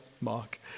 Mark